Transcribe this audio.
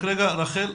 רק רגע, רחל.